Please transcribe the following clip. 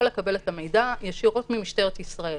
לקבל את המידע ישירות ממשטרת ישראל.